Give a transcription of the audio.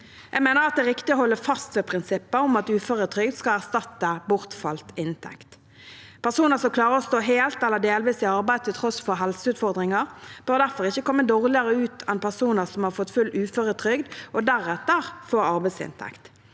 Jeg mener det er riktig å holde fast ved prinsippet om at uføretrygd skal erstatte bortfalt inntekt. Personer som klarer å stå helt eller delvis i arbeid til tross for helseutfordringer, bør derfor ikke komme dårligere ut enn personer som har fått full uføretrygd og deretter får arbeidsinntekt.